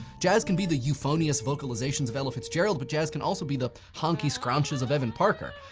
jazz can be the euphonious vocalizations of ella fitzgerald, but jazz can also be the honky scrunches of evan parker.